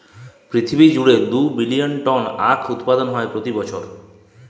পিরথিবী জুইড়ে দু বিলিয়ল টল আঁখ উৎপাদল হ্যয় প্রতি বসর